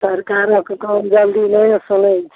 सरकारकऽ काम जल्दी नहि ने सुनैत छै